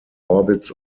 orbits